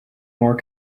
more